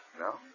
No